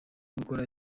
gukora